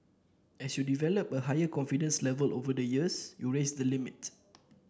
as you develop a higher confidence level over the years you raise the limit